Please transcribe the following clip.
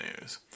news